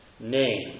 name